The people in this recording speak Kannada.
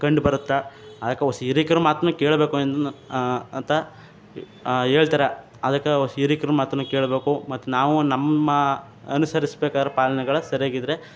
ಕಂಡ್ಬರುತ್ತೆ ಯಾಕೋ ಒಸಿ ಹಿರೀಕ್ರು ಮಾತ್ನ ಕೇಳಬೇಕು ಅನ್ನೋದ್ನ ಅಂತ ಹೇಳ್ತಾರೆ ಅದಕ್ಕೆ ಒಸಿ ಹಿರೀಕ್ರ ಮಾತನ್ನು ಕೇಳಬೇಕು ಮತ್ತು ನಾವು ನಮ್ಮ ಅನುಸರಿಸಬೇಕಾದ್ರೆ ಪಾಲನೆಗಳ ಸರಿಯಾಗಿದ್ದರೆ